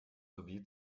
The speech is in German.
sowie